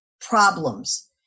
problems